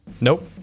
Nope